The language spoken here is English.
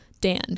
Dan